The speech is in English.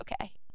okay